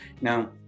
now